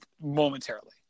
momentarily